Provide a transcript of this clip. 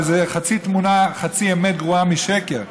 וחצי אמת גרועה משקר.